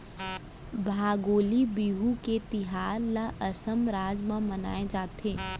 भोगाली बिहू के तिहार ल असम राज म मनाए जाथे